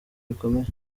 bikomeye